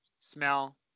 smell